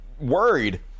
worried